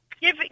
giving